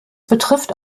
betrifft